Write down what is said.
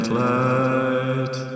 light